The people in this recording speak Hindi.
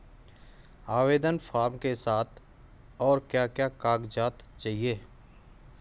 आवेदन फार्म के साथ और क्या क्या कागज़ात चाहिए?